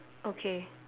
okay